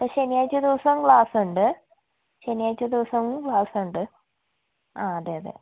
ശനിയാഴ്ച ദിവസം ക്ലാസ് ഉണ്ട് ശനിയാഴ്ച ദിവസവും ക്ലാസ് ഉണ്ട് ആ അതെയതെ